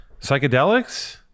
psychedelics